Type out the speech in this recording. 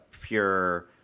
pure